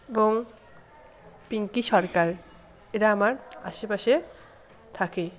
এবং পিঙ্কি সরকার এরা আমার আশেপাশে থাকে